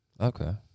Okay